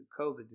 COVID